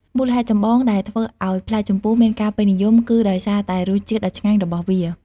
មូលហេតុចម្បងដែលធ្វើឱ្យផ្លែជម្ពូមានការពេញនិយមគឺដោយសារតែរសជាតិដ៏ឆ្ងាញ់របស់វា។